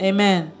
Amen